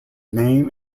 name